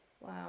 Wow